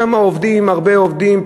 עובדים שם הרבה עובדים,